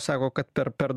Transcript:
sako kad per per